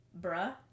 bruh